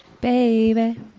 Baby